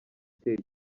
itera